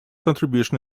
contribution